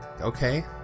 Okay